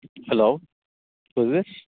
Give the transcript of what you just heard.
hello who is this